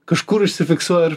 kažkur užsifiksuoja ir